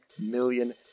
million